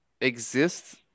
exists